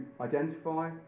identify